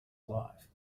alive